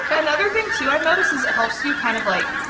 another thing, too, i've noticed is it helps you kind of like,